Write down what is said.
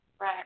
Right